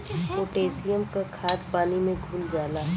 potassium क खाद पानी में घुल जाला